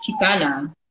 Chicana